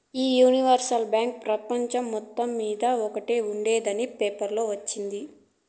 ఈ universal bank పెపంచం మొత్తం మింద ఉండేందని పేపర్లో వచిన్నాది